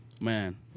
Man